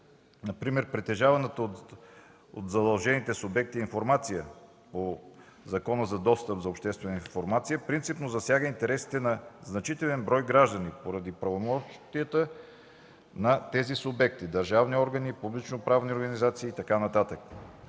например притежаваната от задължените субекти информация по Закона за достъп до обществената информация принципно засяга интересите на значителен брой граждани поради правомощията на тези субекти – държавни органи, публично-правни организации и така